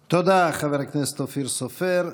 תודה, חבר הכנסת אופיר סופר.